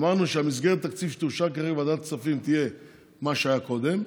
אמרנו שמסגרת התקציב שתאושר בוועדת הכספים תהיה מה שהיה קודם,